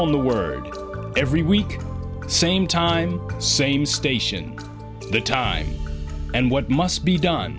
on the word every week same time same station the time and what must be done